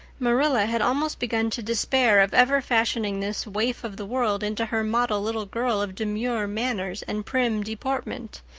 marilla had almost begun to despair of ever fashioning this waif of the world into her model little girl of demure manners and prim deportment.